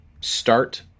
start